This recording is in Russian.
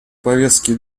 повестки